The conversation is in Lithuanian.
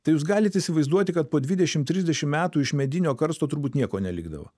tai jūs galit įsivaizduoti kad po dvidešimt trisdešimt metų iš medinio karsto turbūt nieko nelikdavo